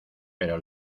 pero